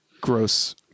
gross